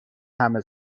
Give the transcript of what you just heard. همه